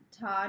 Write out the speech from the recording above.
Todd